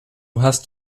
hast